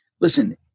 Listen